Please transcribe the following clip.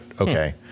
okay